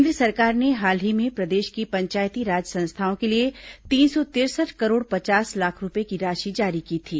केन्द्र सरकार ने हाल ही में प्रदेश की पंचायती राज संस्थाओं के लिए तीन सौ तिरसठ करोड पचास लाख रूपये की राशि जारी की थी